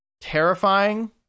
terrifying